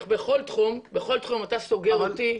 בכל תחום אתה סוגר אותי,